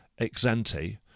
Exante